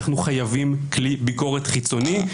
אנחנו חייבים כלי ביקורת חיצוני.